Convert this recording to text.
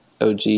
OG